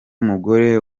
mugore